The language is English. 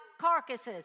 carcasses